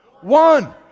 One